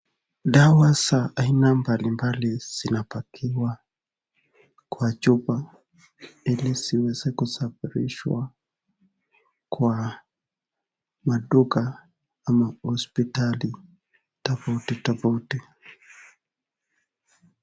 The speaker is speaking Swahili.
Dawa za aina mbalimbali zinapakiwa kwa chupa ili ziweze kusafirishwa kwa maduka ama hosiptali tofauti tofauti.